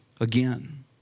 again